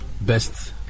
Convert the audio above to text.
best